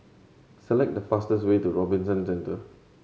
select the fastest way to Robinson Centre